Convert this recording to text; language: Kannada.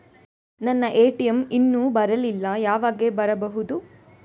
ನನ್ನ ಎ.ಟಿ.ಎಂ ಇನ್ನು ಬರಲಿಲ್ಲ, ಯಾವಾಗ ಬರಬಹುದು?